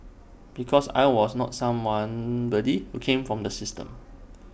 because I was not someone body who came from the system